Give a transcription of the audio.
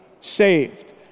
saved